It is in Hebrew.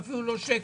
אפילו לא שקל.